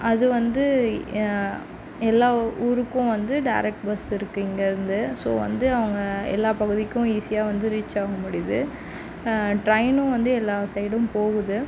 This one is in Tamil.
அது வந்து எல்லா ஊருக்கும் வந்து டைரெக்ட் பஸ் இருக்கு இங்கேருந்து ஸோ வந்து அவங்க எல்லா பகுதிக்கும் ஈஸியாக வந்து ரீச் ஆக முடியுது ட்ரெயினும் வந்து எல்லா சைடும் போகுது